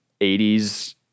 80s